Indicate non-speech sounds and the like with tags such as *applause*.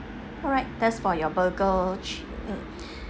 alright that's for your burger *noise*